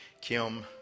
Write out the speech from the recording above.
Kim